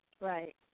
Right